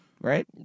right